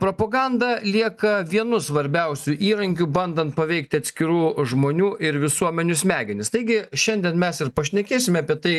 propaganda lieka vienu svarbiausių įrankių bandant paveikti atskirų žmonių ir visuomenių smegenis taigi šiandien mes ir pašnekėsime apie tai